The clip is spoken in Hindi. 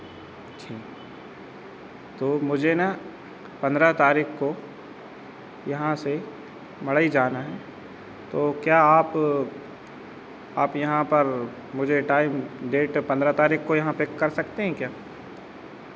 अच्छा तो मुझे ना पन्द्रह तारीख को यहाँ से मढ़ई जाना है तो क्या आप आप यहाँ पर मुझे टाइम डेट पन्द्रह तारीख को यहाँ पे कर सकते हैं क्या